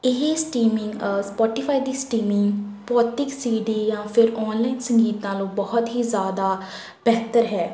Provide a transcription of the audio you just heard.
ਇਹ streaming Spotify ਦੀ streaming ਭੌਤਿਕ ਸੀ ਡੀ ਜਾਂ ਫਿਰ ਔਨਲਾਈਨ ਸੰਗੀਤ ਨਾਲੋਂ ਬਹੁਤ ਹੀ ਜ਼ਿਆਦਾ ਬਿਹਤਰ ਹੈ